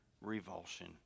revulsion